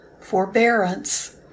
forbearance